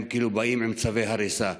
הם באים עם צווי הריסה.